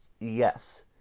Yes